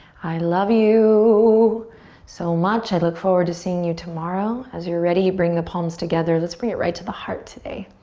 i love you so much. i look forward to seeing you tomorrow. as you're ready, bring the palms together. let's bring it right to the heart today.